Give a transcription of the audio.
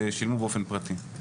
שילמו באופן פרטי.